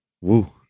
Woo